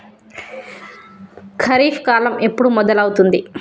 ఖరీఫ్ కాలం ఎప్పుడు మొదలవుతుంది?